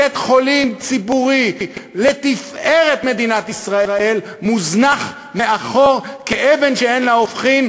בית-חולים ציבורי לתפארת מדינת ישראל מוזנח מאחור כאבן שאין לה הופכין,